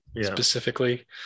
specifically